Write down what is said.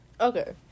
Okay